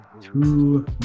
two